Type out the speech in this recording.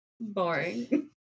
Boring